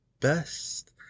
best